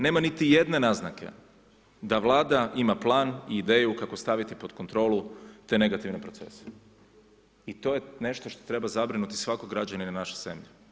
Nema niti jedne naznake da Vlada ima plan i ideju kako staviti pod kontrolu te negativne procese i to je nešto što treba zabrinuti svakog građanina naše zemlje.